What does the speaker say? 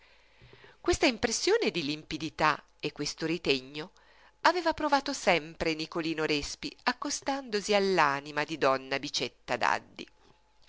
questa impressione di limpidità e questo ritegno aveva provato sempre nicolino respi accostandosi all'anima di donna bicetta